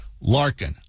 Larkin